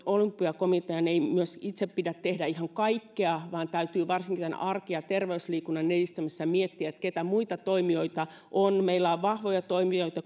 olympiakomitean ei myöskään itse pidä tehdä ihan kaikkea vaan täytyy varsinkin arki ja terveysliikunnan edistämisessä miettiä keitä muita toimijoita on meillä on vahvoja toimijoita